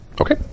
okay